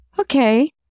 Okay